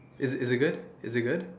is it is it good is it good